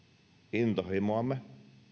intohimoamme